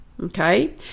Okay